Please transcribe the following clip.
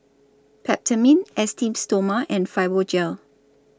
Peptamen Esteem Stoma and Fibogel